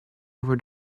over